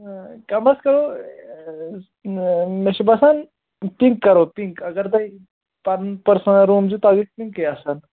کَمرس کَرو مےٚ چھُ باسان پِنٛک کَرو پِنک اگر تۄہہِ پَنُن پٔرسٕنَل روٗم چھُ تتھ گژھہِ پِنکٕے اصٕل